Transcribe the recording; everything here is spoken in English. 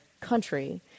country